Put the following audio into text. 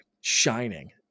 shining